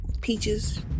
peaches